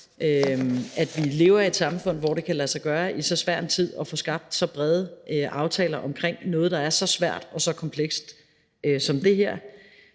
at vi lever i et samfund, hvor det i så svær en tid kan lade sig gøre at få skabt så brede aftaler om noget, der er så svært og så komplekst som det her.